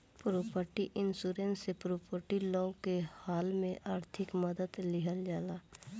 property insurance से property loss के हाल में आर्थिक मदद लीहल जाला